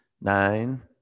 nine